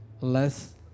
less